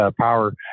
power